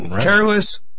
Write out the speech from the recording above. careless